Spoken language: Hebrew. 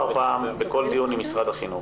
יש נתק